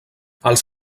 als